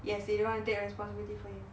yes they don't want to take responsibility for him